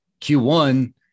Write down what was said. Q1